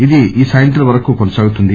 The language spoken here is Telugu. ఇది ఈ సాయంత్రం వరకు కొనసాగుతుంది